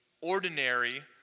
ordinary